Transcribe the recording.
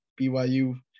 BYU